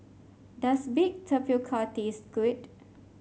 does bake tapioca taste good